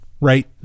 right